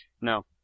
No